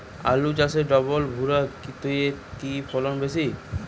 আলু চাষে ডবল ভুরা তে কি ফলন বেশি?